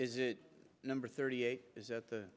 is it number thirty eight is that